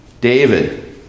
David